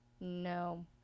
no